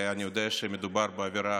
ואני יודע שמדובר בעברה